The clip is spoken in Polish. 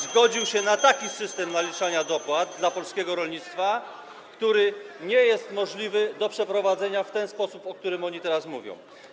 zgodził się na taki system naliczania dopłat dla polskiego rolnictwa, który nie jest możliwy do przeprowadzenia w ten sposób, o którym oni teraz mówią.